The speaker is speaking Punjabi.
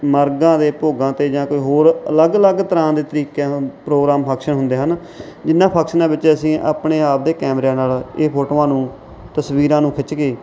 ਮਰਗਾਂ ਦੇ ਭੋਗਾਂ 'ਤੇ ਜਾਂ ਕੋਈ ਹੋਰ ਅਲੱਗ ਅਲੱਗ ਤਰ੍ਹਾਂ ਦੇ ਤਰੀਕਿਆਂ ਪ੍ਰੋਗਰਾਮ ਫੰਕਸ਼ਨ ਹੁੰਦੇ ਹਨ ਜਿਨ੍ਹਾਂ ਫੰਕਸ਼ਨਾਂ ਵਿੱਚ ਅਸੀਂ ਆਪਣੇ ਆਪ ਦੇ ਕੈਮਰਿਆਂ ਨਾਲ ਇਹ ਫੋਟੋਆਂ ਨੂੰ ਤਸਵੀਰਾਂ ਨੂੰ ਖਿੱਚ ਕੇ